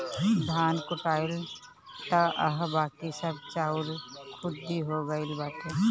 धान कुटाइल तअ हअ बाकी सब चाउर खुद्दी हो गइल बाटे